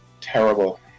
terrible